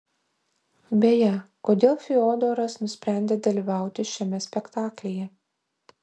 beje kodėl fiodoras nusprendė dalyvauti šiame spektaklyje